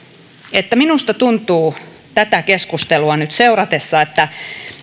että minusta tuntuu tätä keskustelua nyt seuratessani että